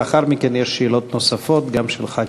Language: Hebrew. לאחר מכן יש שאלות נוספות גם של חברי